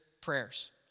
Prayers